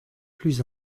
plus